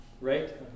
Right